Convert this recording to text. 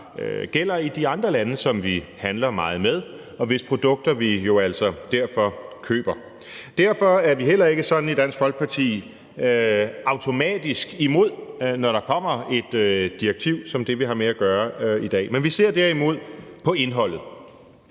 gælder i de andre lande, som vi handler meget med, og hvis produkter vi jo altså derfor køber. Derfor er vi heller ikke sådan i Dansk Folkeparti automatisk imod, når der kommer et direktiv som det, vi har med at gøre i dag, men vi ser derimod på indholdet.